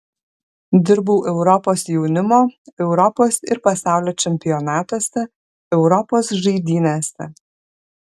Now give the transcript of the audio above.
dirbau europos jaunimo europos ir pasaulio čempionatuose europos žaidynėse